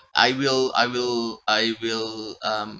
I will I will I will um